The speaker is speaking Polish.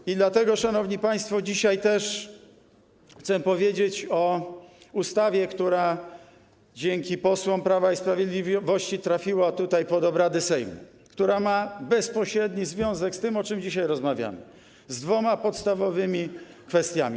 I dlatego, szanowni państwo, chcę dzisiaj powiedzieć o ustawie, która dzięki posłom Prawa i Sprawiedliwości trafiła pod obrady Sejmu, która ma bezpośredni związek z tym, o czym dzisiaj rozmawiamy, z dwoma podstawowymi kwestiami.